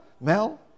Mel